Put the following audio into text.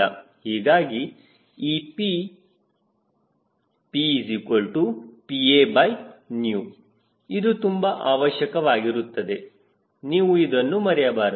ಹೀಗಾಗಿ ಈ P PPA ಇದು ತುಂಬಾ ಅವಶ್ಯಕವಾಗಿರುತ್ತದೆ ನೀವು ಇದನ್ನು ಮರೆಯಬಾರದು